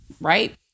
right